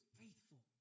faithful